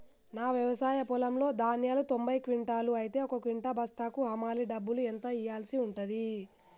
నా వ్యవసాయ పొలంలో ధాన్యాలు తొంభై క్వింటాలు అయితే ఒక క్వింటా బస్తాకు హమాలీ డబ్బులు ఎంత ఇయ్యాల్సి ఉంటది?